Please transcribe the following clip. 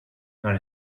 nhar